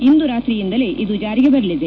ಇಂದು ರಾತ್ರಿಯಿಂದಲೇ ಇದು ಜಾರಿಗೆ ಬರಲಿದೆ